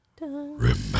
Remember